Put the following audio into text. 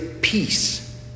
peace